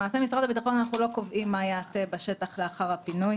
למעשה במשרד הביטחון אנחנו לא קובעים מה ייעשה בשטח לאחר הפינוי.